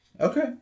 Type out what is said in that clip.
Okay